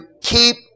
keep